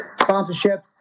sponsorships